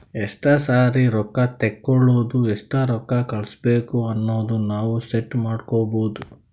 ಎಸ್ಟ ಸರಿ ರೊಕ್ಕಾ ತೇಕೊಳದು ಎಸ್ಟ್ ರೊಕ್ಕಾ ಕಳುಸ್ಬೇಕ್ ಅನದು ನಾವ್ ಸೆಟ್ ಮಾಡ್ಕೊಬೋದು